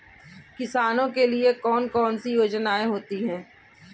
किसानों के लिए कौन कौन सी योजनायें होती हैं?